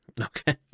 Okay